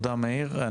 תודה מאיר.